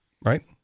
Right